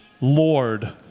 Lord